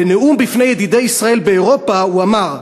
בנאום בפני ידידי ישראל באירופה הוא אמר,